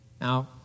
Now